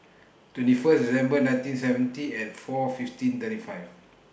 twenty First December nineteen seventy and four fifteen thirty five